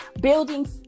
building